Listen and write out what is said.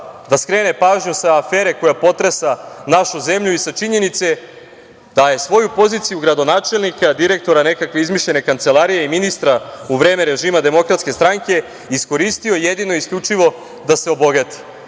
da skrene pažnju sa afere koja potresa našu zemlju i sa činjenice da je svoju poziciju gradonačelnika, direktora nekakve izmišljene kancelarije i ministra u vreme režima DS iskoristio jedino i isključivo da se obogati